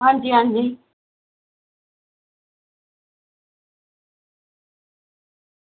आं जी आं जी